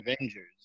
Avengers